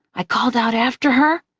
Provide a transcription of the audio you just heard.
i called out after her.